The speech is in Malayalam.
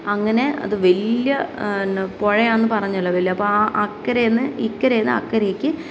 അങ്ങനെ അത് വലിയ പുഴയാന്ന് പറഞ്ഞല്ലോ വലിയ അപ്പം ആ അക്കരെ നിന്ന് ഇക്കരെ നിന്ന് അക്കരയിലേക്ക്